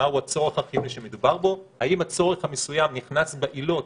מהו הצורך החיוני שמדובר בו והאם הצורך המסוים נכנס בעילות